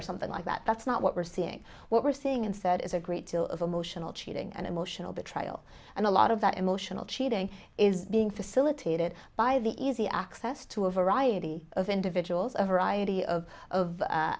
or something like that that's not what we're seeing what we're seeing and said is a great deal of emotional cheating and emotional betrayal and a lot of that emotional cheating is being facilitated by the easy access to a variety of individuals a variety of of